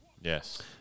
Yes